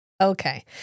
Okay